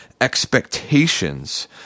expectations